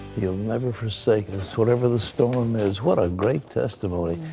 he'll never forsake us, whatever the storm is. what a great testimony.